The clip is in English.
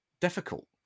difficult